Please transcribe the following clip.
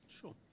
Sure